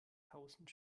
tausend